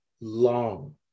long